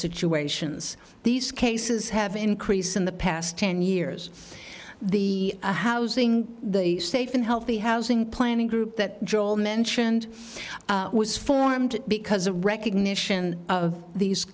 situations these cases have increase in the past ten years the housing the safe and healthy housing planning group that joel mentioned was formed because a recognition of these